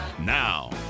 now